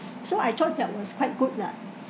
so I thought that was quite good lah